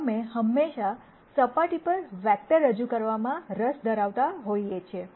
અમે હંમેશાં સપાટી પર વેક્ટર રજૂ કરવામાં રસ ધરાવતા હોઈએ છીએ